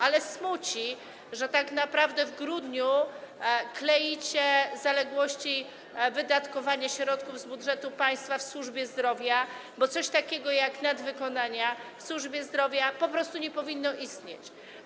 Ale smuci, że tak naprawdę w grudniu kleicie zaległości w wydatkowaniu środków z budżetu państwa w służbie zdrowia, bo coś takiego jak nadwykonania w służbie zdrowia po prostu nie powinno istnieć.